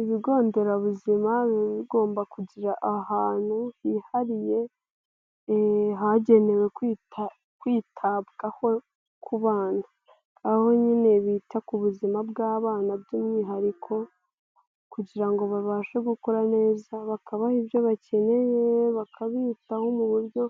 Ibigo nderabuzima bigomba kugira ahantu hihariye hagenewe kwitabwaho kubana, aho nyine bita ku buzima bw'abana by'umwihariko kugira ngo babashe gukora neza, bakabaha ibyo bakeneye, bakabitaho mu buryo